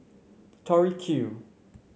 Tori Q